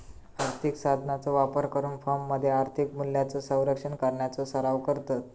आर्थिक साधनांचो वापर करून फर्ममध्ये आर्थिक मूल्यांचो संरक्षण करण्याचो सराव करतत